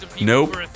Nope